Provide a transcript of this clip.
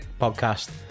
podcast